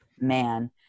man